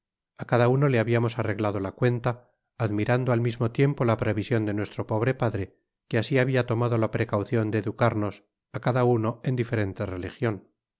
á cada uno le habiamos arreglado la cuenta admirando al mismo tiempo la prevision de nuestro pobre padre que asi habia tomado la precaucion d educarnos á cada uno en diferente religion